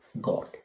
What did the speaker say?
God